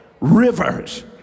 rivers